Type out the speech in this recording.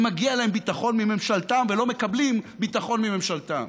שמגיע להם ביטחון מממשלתם ולא מקבלים ביטחון מממשלתם.